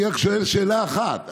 אני רק שואל שאלה אחת.